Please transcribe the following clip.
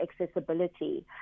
accessibility